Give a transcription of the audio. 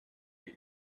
get